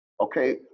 Okay